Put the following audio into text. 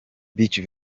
beach